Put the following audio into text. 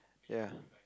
ya